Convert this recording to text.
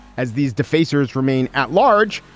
as these defaces remain at large,